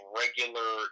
regular